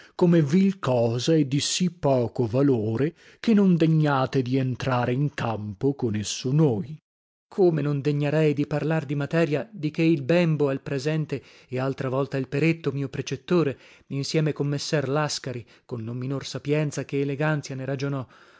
come vil cosa e di sì poco valore che non degniate di entrare in campo con esso noi scol come non degnarei di parlar di materia di che il bembo al presente e altra volta il peretto mio precettore insieme con messer lascari con non minor sapienzia che eleganzia ne ragionò